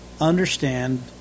understand